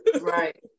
Right